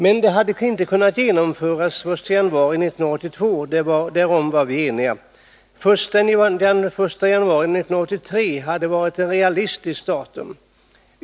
Men den hade inte kunnat genomföras den 1 januari 1982, därom var vi eniga. Först den 1 januari 1983 hade varit ett realistiskt datum.